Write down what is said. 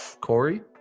Corey